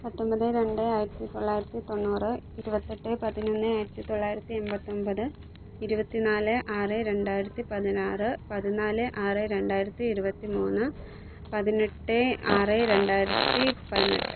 പത്തൊൻപത് രണ്ട് ആയിരത്തി തൊള്ളായിരത്തി തൊണ്ണൂറു ഇരുപത്തെട്ട് പതിനൊന്ന് ആയിരത്തി തൊള്ളായിരത്തി എൺപത്തൊൻപത് ഇരുപത്തിനാല് ആറ് രണ്ടായിരത്തി പതിനാറ് പതിനാല് ആറ് രണ്ടായിരത്തി ഇരുപത്തി മൂന്ന് പതിനെട്ട് ആറ് രണ്ടായിരത്തി പതിനെട്ട്